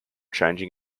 changing